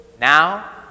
now